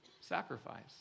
sacrifice